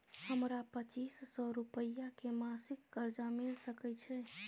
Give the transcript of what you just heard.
हमरा पच्चीस सौ रुपिया के मासिक कर्जा मिल सकै छै?